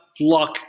luck